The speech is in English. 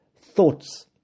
thoughts